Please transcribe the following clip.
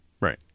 Right